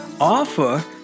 offer